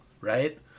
right